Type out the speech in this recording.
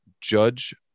Judge